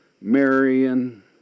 Marion